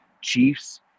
Chiefs